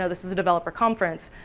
so this is a developer conference,